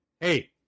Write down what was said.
Hey